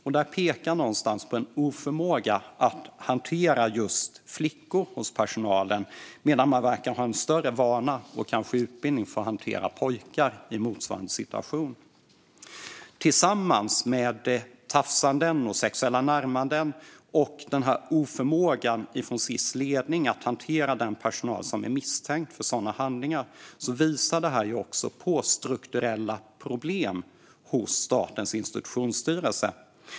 Det här pekar på en oförmåga hos personalen att hantera just flickor medan man verkar ha större vana och kanske mer utbildning när det gäller att hantera pojkar i motsvarande situation. Tillsammans med tafsandet och sexuella närmanden samt oförmågan från Sis ledning att hantera den personal som är misstänkt för sådana handlingar visar detta på strukturella problem hos Statens institutionsstyrelse.